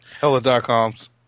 Hello.coms